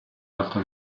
alta